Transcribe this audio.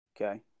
Okay